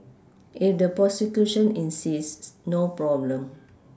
if the prosecution insists no problem